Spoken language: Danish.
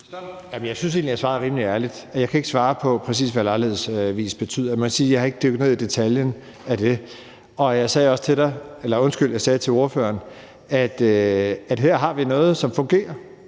Jeg synes egentlig, jeg svarede rimelig ærligt, og jeg kan ikke svare på, præcis hvad »lejlighedsvis« betyder. Jeg må sige, at jeg ikke har dykket ned i detaljen af det, og jeg sagde også til ordføreren, at vi her har noget, som fungerer.